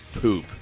poop